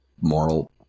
moral